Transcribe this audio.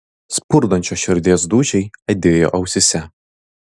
spurdančios širdies dūžiai aidėjo ausyse